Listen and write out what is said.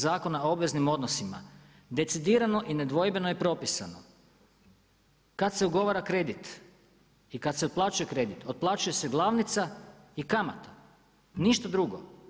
Zakona o obveznim odnosima, decidirano i nedvojbeno je propisano, kad se ugovara kredit i kad se otplaćuje kredit, otplaćuje se glavnica i kamata, ništa drugo.